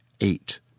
eight